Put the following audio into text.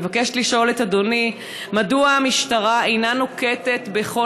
רצוני לשאול: מדוע המשטרה אינה נוקטת את כל